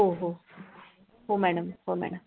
हो हो हो मॅडम हो मॅडम